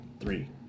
three